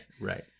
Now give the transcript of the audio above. right